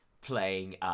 playing